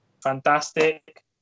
fantastic